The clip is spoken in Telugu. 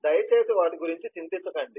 దయచేసి వాటి గురించి చింతించకండి